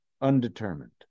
undetermined